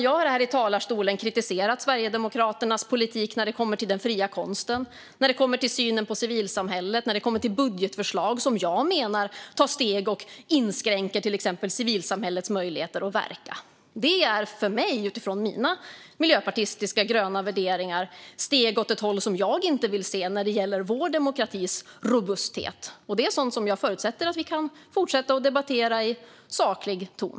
Jag har här i talarstolen kritiserat Sverigedemokraternas politik när det kommer till den fria konsten, när det kommer till synen på civilsamhället och när det kommer till budgetförslag som jag menar tar steg som inskränker till exempel civilsamhällets möjligheter att verka. Det är för mig, utifrån mina miljöpartistiska gröna värderingar, steg åt ett håll som jag inte vill se när det gäller vår demokratis robusthet. Och det är sådant som jag förutsätter att vi kan fortsätta att debattera i saklig ton.